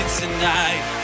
tonight